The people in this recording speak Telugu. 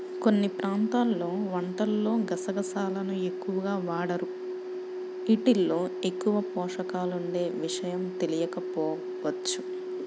కొన్ని ప్రాంతాల్లో వంటల్లో గసగసాలను ఎక్కువగా వాడరు, యీటిల్లో ఎక్కువ పోషకాలుండే విషయం తెలియకపోవచ్చు